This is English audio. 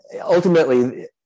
ultimately